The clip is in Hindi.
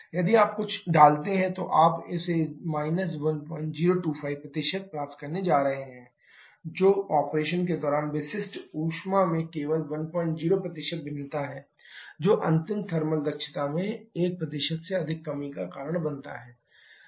यदि आप सब कुछ डालते हैं तो आप इसे −1025 प्राप्त करने जा रहे हैं जो ऑपरेशन के दौरान विशिष्ट ऊष्मा में केवल 16 भिन्नता है जो अंतिम थर्मल दक्षता में 1 से अधिक कमी का कारण बनता है